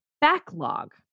backlog